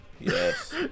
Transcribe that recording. Yes